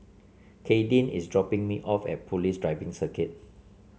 Kadyn is dropping me off at Police Driving Circuit